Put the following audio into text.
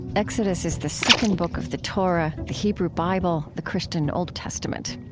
exodus is the second book of the torah, the hebrew bible, the christian old testament.